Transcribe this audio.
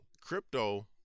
Crypto